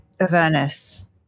Avernus